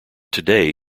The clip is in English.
today